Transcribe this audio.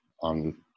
on